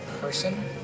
person